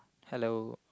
hello